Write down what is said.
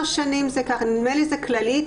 נדמה לי של הכללית.